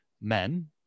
men